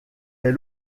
est